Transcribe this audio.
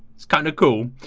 it's kind of cool.